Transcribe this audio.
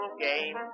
game